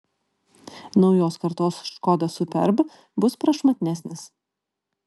naujos kartos škoda superb bus prašmatnesnis